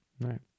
Right